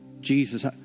Jesus